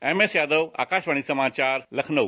MS Yadav Akashvani समाचार लखनऊ